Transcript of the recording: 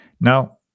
Now